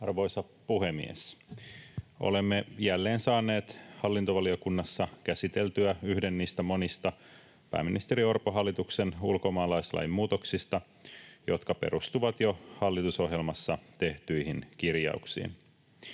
Arvoisa puhemies! Olemme jälleen saaneet hallintovaliokunnassa käsiteltyä yhden niistä monista pääministeri Orpon hallituksen ulkomaalaislain muutoksista, jotka perustuvat jo hallitusohjelmassa tehtyihin kirjauksiin.